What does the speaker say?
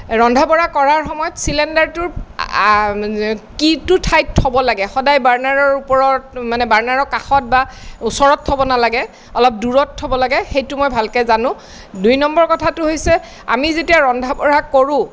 ৰন্ধা বঢ়া কৰাৰ সময়ত চিলিণ্ডাৰটো কিটো ঠাইত থ'ব লাগে সদায় বাৰ্ণাৰৰ ওপৰত বাৰ্ণাৰৰ কাষত বা ওচৰত থ'ব নালাগে অলপ দূৰত থ'ব লাগে সেইটো মই ভালকৈ জানো দুই নম্বৰ কথাটো হৈছে আমি যেতিয়া ৰন্ধা বঢ়া কৰোঁ